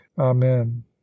amen